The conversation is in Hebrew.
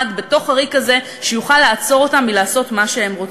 בתוך הריק הזה שיוכל לעצור אותם מלעשות מה שהם רוצים.